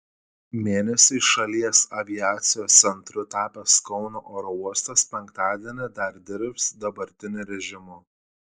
mėnesiui šalies aviacijos centru tapęs kauno oro uostas penktadienį dar dirbs dabartiniu režimu